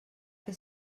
que